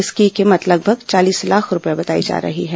इसकी कीमत लगभग चालीस लाख रूपये बताई जा रही है